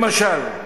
למשל,